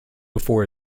before